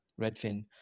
Redfin